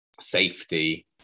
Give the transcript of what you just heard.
safety